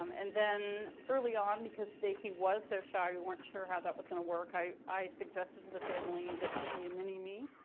um and then early on, because he was so shy we weren't sure how that was going to work, i i suggested to the family that he be a mini me,